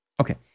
Okay